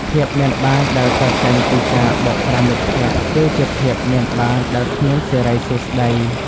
ភាពមានបានដែលកើតចេញពីការបោកប្រាស់មិត្តភក្តិ គឺជាភាពមានបានដែលគ្មានសិរីសួស្ដី។